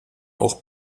auch